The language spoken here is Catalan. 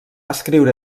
escriure